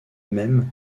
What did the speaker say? mêmes